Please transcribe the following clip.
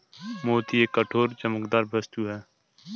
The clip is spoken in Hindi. मोती एक कठोर, चमकदार वस्तु है